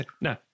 no